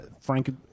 Frank